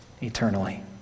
eternally